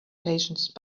patience